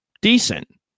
decent